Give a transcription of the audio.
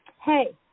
hey